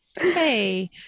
Hey